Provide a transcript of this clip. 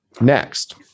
Next